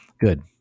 Good